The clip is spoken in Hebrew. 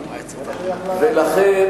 לכן,